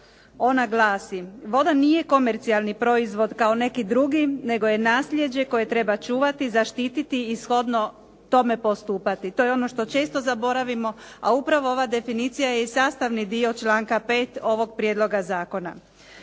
ona glasi: voda nije komercijalni proizvod kao neki drugi, nego je nasljeđe koje treba čuvati, zaštititi i shodno tome postupati. To je ono što često zaboravimo, a upravo ova definicija je i sastavni dio članka 5. ovog prijedloga zakona.